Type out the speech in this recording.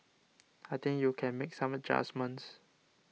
I think you can make some adjustments